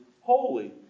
holy